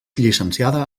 llicenciada